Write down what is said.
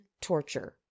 torture